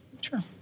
Sure